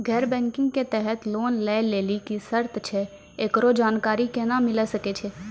गैर बैंकिंग के तहत लोन लए लेली की सर्त छै, एकरो जानकारी केना मिले सकय छै?